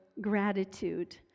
gratitude